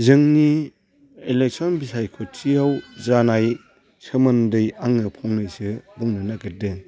जोंनि एलेक्शन बिसायख'थियाव जानायनि सोमोन्दै आङो फंनैसो बुंनो नागिरदों